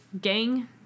gang